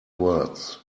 words